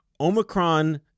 Omicron